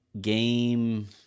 game